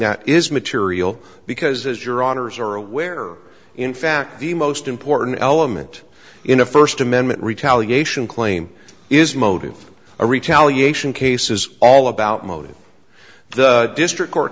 that is material because as your authors are aware in fact the most important element in a first amendment retaliation claim is motive a retaliation case is all about motive the district court